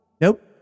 Nope